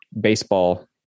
baseball